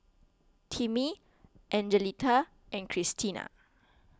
Timmy Angelita and Kristina